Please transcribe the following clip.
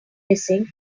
missing